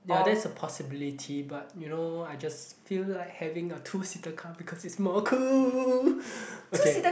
ya that's a possibility but you know I just feel like having a two seater car because it's more cool okay